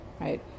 right